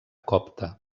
copte